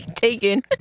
taken